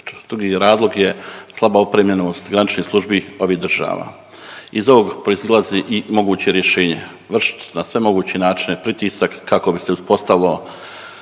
drugi razlog je slaba opremljenost graničnih službi ovih država. Iz ovog proizlazi i moguće rješenje, vršit na sve moguće načine pritisak kako bi se uspostavilo